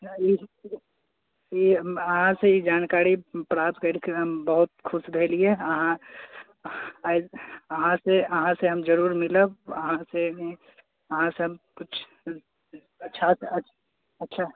ई ई अहाँसे ई जानकारी प्राप्त करिके हम बहुत खुश भेलियै अहाँ आइ अहाँसे अहाँसे हम जरूर मिलब अहाँसे अहाँसे हम किछु अच्छा से अच्छा